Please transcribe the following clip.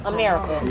America